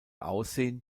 aussehen